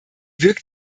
wirkt